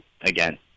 again